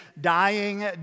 dying